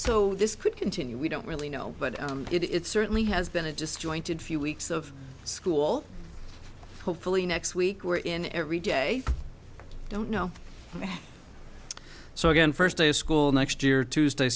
so this could continue we don't really know but it certainly has been a just jointed few weeks of school hopefully next week we're in everyday i don't know so again first day of school next year tuesday